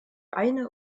eine